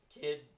kid